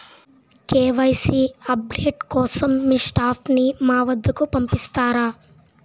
KYC update కోసం మీ staff ని మా వద్దకు పంపిస్తారా?